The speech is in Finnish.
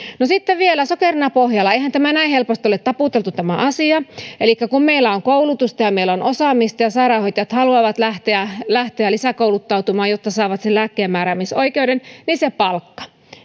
no sitten vielä sokerina pohjalla eihän tämä asia näin helposti ole taputeltu elikkä kun meillä on koulutusta ja meillä on osaamista ja sairaanhoitajat haluavat lähteä lähteä lisäkouluttautumaan jotta saavat sen lääkkeenmääräämisoikeuden niin se palkka